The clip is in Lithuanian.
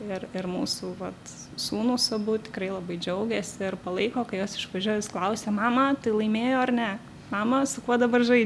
ir ir mūsų vat sūnūs abu tikrai labai džiaugiasi ir palaiko kai jos išvažiuoja vis klausia mama tai laimėjo ar ne mama su kuo dabar žaidž